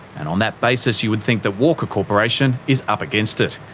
and on that basis you would think that walker corporation is up against it.